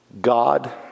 God